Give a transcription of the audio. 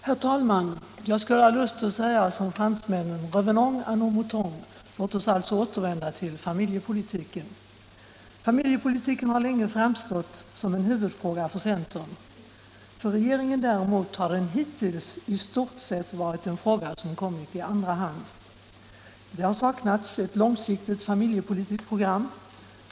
Herr talman! Jag skulle ha lust att säga som fransmännen: ”Revenons å nos moutons!” — Låt oss alltså återvända till familjepolitiken! Familjepolitiken har länge framstått som en huvudfråga för centern. För regeringen däremot har den hittills i stort sett varit en fråga som kommit i andra hand. Det har saknats ett långsiktigt familjepolitiskt program.